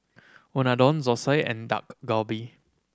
Unadon Zosui and Dak Galbi